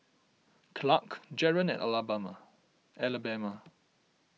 Clarke Jaren and Alabama